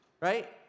right